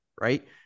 right